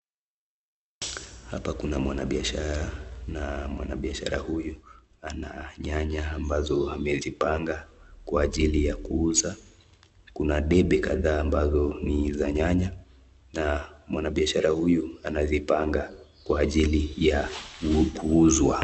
Hapa kuna mwanabiashara na mwanabiashara huyu ana nyanya ambazo amezipanga kwa ajili ya kuuza, kuna debe kadhaa ambazo ni za nyanya na mwanabiashara huyu anazipanga kwa ajili ya kuuzwa.